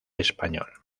español